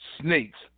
snakes